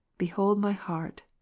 behold my heart,